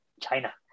China